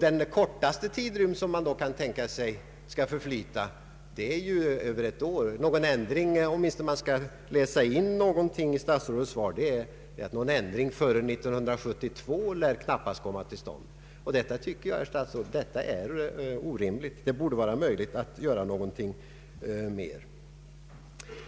Den kortaste tidrymd som man då kan tänka sig är ju ett år. Det enda man kan få ut av statsrådets svar är att någon ändring knappast lär komma till stånd före 1972. Det tycker jag, herr statsråd, är orimligt. Det borde vara möjligt att göra något mera.